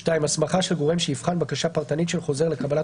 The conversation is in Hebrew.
(2) הסמכה של גורם שיבחן בקשה פרטנית של חוזר לקבלת